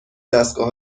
دستگاه